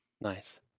Nice